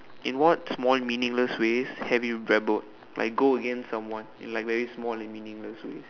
in what small meaningless ways have your rebelled like go against someone in like very small and meaningless ways